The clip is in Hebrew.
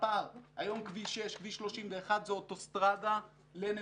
היום כביש 6 וכביש 31 זה אוטוסטראדה לנבטים.